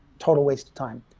total waste of time.